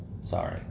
Sorry